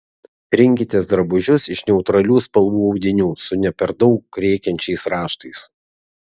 rinkitės drabužius iš neutralių spalvų audinių su ne per daug rėkiančiais raštais